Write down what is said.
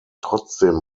trotzdem